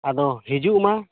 ᱟᱫᱚ ᱦᱤᱡᱩᱜ ᱢᱟ